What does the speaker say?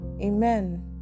Amen